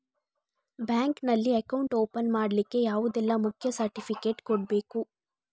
Bank ನಲ್ಲಿ account open ಮಾಡ್ಲಿಕ್ಕೆ ಯಾವುದೆಲ್ಲ ಮುಖ್ಯ ಸರ್ಟಿಫಿಕೇಟ್ ಕೊಡ್ಬೇಕು?